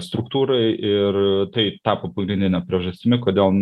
struktūrai ir tai tapo pagrindine priežastimi kodėl